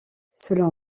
selon